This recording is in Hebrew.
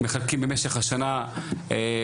מחלקים במשך השנה חלוקות,